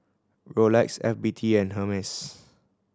Rolex F B T and Hermes